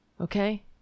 okay